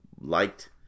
liked